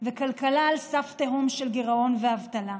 וכלכלה על סף תהום של גירעון ואבטלה.